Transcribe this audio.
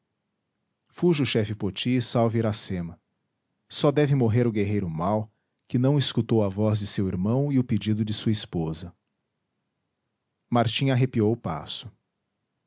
o chefe poti e salve iracema só deve morrer o guerreiro mau que não escutou a voz de seu irmão e o pedido de sua esposa martim arrepiou o passo